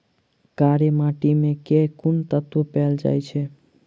कार्य माटि मे केँ कुन तत्व पैल जाय छै?